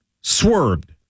Swerved